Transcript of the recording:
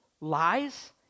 lies